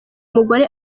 umugore